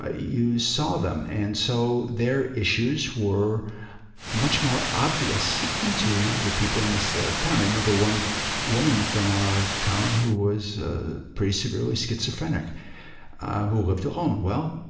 ah you saw them, and so their issues were much more obvious to the people in this town i remember one woman from our town who was pretty severely schizophrenic who lived alone. well,